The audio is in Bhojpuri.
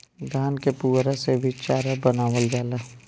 धान के पुअरा से भी चारा बनावल जाला